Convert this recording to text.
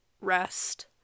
rest